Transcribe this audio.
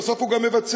ובסוף הוא גם מבצע.